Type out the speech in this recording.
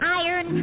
iron